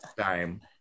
time